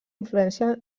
influència